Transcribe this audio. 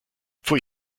pfui